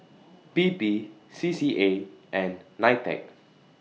P P C C A and NITEC